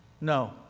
No